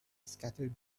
scattered